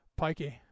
Pikey